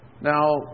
Now